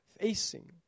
facing